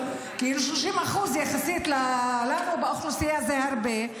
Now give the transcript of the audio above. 30% יחסית אלינו באוכלוסייה זה הרבה.